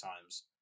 times